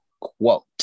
quote